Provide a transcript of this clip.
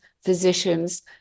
physicians